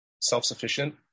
self-sufficient